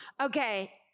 Okay